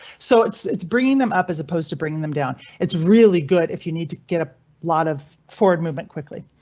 so it's it's bringing them up as opposed to bring them down. it's really good if you need to get a lot of forward movement quickly.